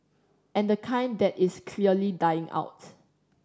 and the kind that is clearly dying out